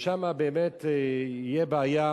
ושם באמת תהיה בעיה,